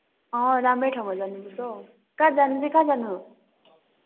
अँ राम्रै ठाउँमा जानुपर्छ हो कहाँ जानु चाहिँ कहाँ जानु